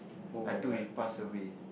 until we pass away